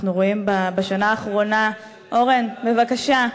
אנחנו רואים בשנה האחרונה, אורן, בבקשה.